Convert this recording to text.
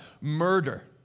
murder